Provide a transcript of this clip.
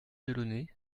delaunay